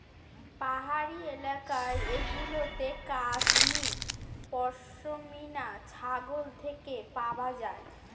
পাহাড়ি এলাকা গুলোতে কাশ্মীর পশমিনা ছাগল থেকে পাওয়া যায়